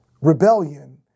Rebellion